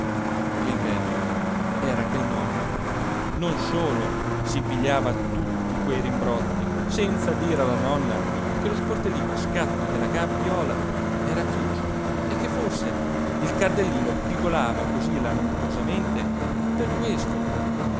e il bello era che il nonno non solo si pigliava tutti quei rimbrotti senza dire alla nonna che lo sportellino a scatto della gabbiola era chiuso e che forse il cardellino pigolava così lamentosamente per questo